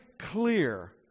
clear